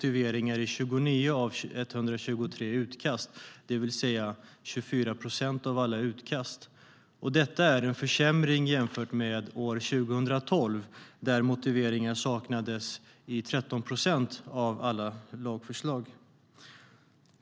I 29 av 123 utkast saknades motivering, det vill säga i 24 procent av alla utkast. Det är en försämring jämfört med 2012, då motivering saknades i 13 procent av lagförslagen.